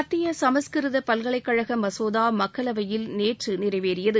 மத்திய சமஸ்கிருத பல்கலைக்கழக மசோதா மக்களவையில் நேற்று நிறைவேறியது